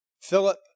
Philip